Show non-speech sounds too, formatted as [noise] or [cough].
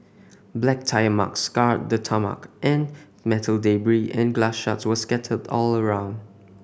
black tyre marks scarred the tarmac and metal [unintelligible] and glass shards were scattered all around